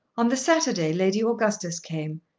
on the saturday lady augustus came,